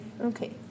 Okay